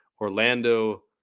Orlando